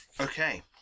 Okay